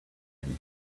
and